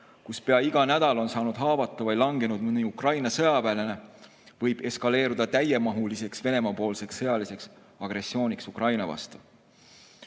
kus pea iga nädal on saanud haavata või langenud mõni Ukraina sõjaväelane, võib eskaleeruda täiemahuliseks Venemaa-poolseks sõjaliseks agressiooniks Ukraina vastu.